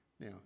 Now